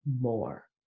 more